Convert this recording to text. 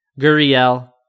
Guriel